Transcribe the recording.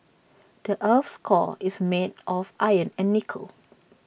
the Earth's core is made of iron and nickel